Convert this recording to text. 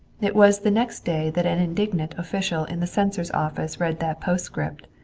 it was the next day that an indignant official in the censor's office read that postscript,